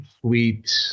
sweet